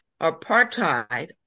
Apartheid